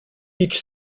each